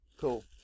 Cool